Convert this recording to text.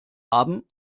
haben